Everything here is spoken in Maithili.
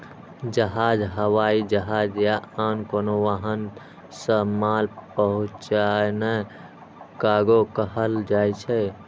जहाज, हवाई जहाज या आन कोनो वाहन सं माल पहुंचेनाय कार्गो कहल जाइ छै